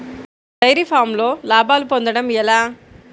Dairy ఫామ్లో లాభాలు పొందడం ఎలా?